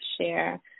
share